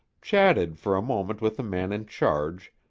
chatted for a moment with the man in charge,